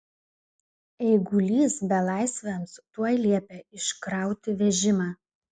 eigulys belaisviams tuoj liepė iškrauti vežimą